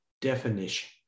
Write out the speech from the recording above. definition